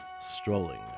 Strolling